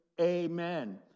amen